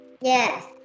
Yes